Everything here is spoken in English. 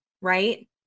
right